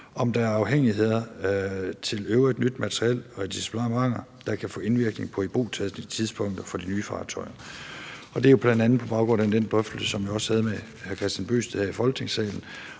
om der er afhængigheder i forhold til øvrigt nyt materiel og deplacementer, der kan få indvirkning på ibrugtagningstidspunktet for de nye fartøjer. Det var jo bl.a. på baggrund af den drøftelse, som jeg også havde med hr. Kristian Bøgsted her i Folketingssalen,